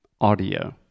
Audio